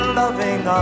loving